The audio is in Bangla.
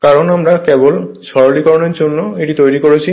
কারণ আমরা কেবল সরলীকরণের জন্য এটি তৈরি করেছি